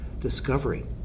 discovery